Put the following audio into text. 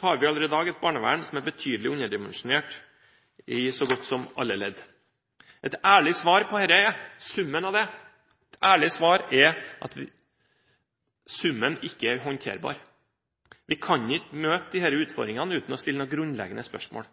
har vi allerede i dag et barnevern som er betydelig underdimensjonert i så godt som alle ledd. Et ærlig svar på dette er at summen ikke er håndterbar. Vi kan ikke møte disse utfordringene uten å stille noen grunnleggende spørsmål,